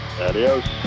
Adios